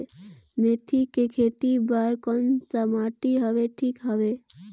मेथी के खेती बार कोन सा माटी हवे ठीक हवे?